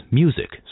music